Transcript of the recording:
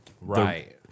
right